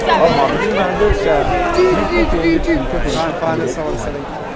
a marketing manager can seek to change its future position in their minds.